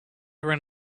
ran